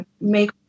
make